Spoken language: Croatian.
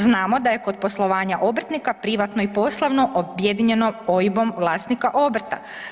Znamo da je kod poslovanja obrtnika, privatno i poslovno objedinjeno OIB-om vlasnika obrta.